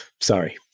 Sorry